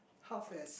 half as